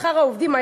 במחשכים,